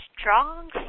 strong